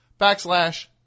Backslash